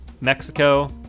Mexico